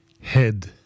Head